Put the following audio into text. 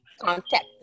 contact